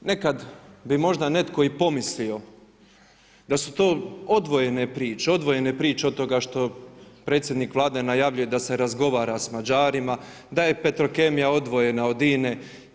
Nekad bi možda netko i pomislio da su to odvojene priče, odvojene priče od toga što predsjednik Vlade najavljuje da se razgovara sa Mađarima, da je Petrokemija odvojena od INA-e.